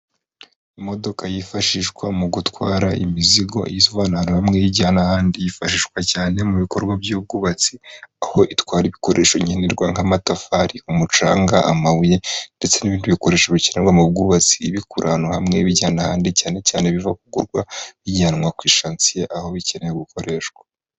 Imodoka yifashishwa mu gutwara imizigo iyivana ahantu hamwe iyijyana ahandi. Yifashishwa cyane mu bikorwa by'ubwubatsi aho itwara ibikoresho nkenerwa nk'amatafari, umucanga, amabuye ndetse n'ibindi bikoresho bikenerwa mu bwubatsi ibikuru ahantu hamwe ibijyana ahandi cyane cyane biva kugurwa bijyanwa ku ishansiye aho bikenewe gukoreshwa.